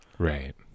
Right